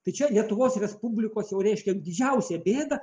tai čia lietuvos respublikos jau reiškia didžiausia bėda